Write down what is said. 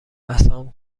عصام